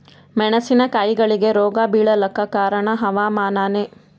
ಮೆಣಸಿನ ಕಾಯಿಗಳಿಗಿ ರೋಗ ಬಿಳಲಾಕ ಕಾರಣ ಹವಾಮಾನನೇ?